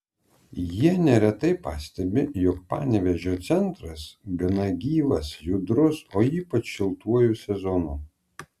jie neretai pastebi jog panevėžio centras gana gyvas judrus o ypač šiltuoju sezonu